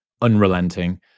unrelenting